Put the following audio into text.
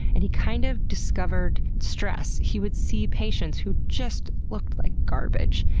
and he kind of discovered stress. he would see patients who just looked like garbage,